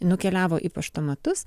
nukeliavo į paštomatus